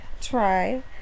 try